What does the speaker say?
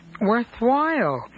worthwhile